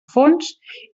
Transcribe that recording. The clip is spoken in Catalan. fons